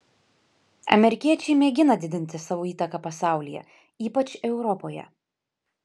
amerikiečiai mėgina didinti savo įtaką pasaulyje ypač europoje